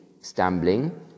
stumbling